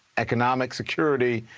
economic security,